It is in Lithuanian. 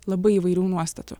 labai įvairių nuostatų